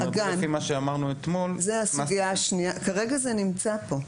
לפי מה שאמרנו אתמול --- כרגע זה נמצא כאן,